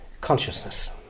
consciousness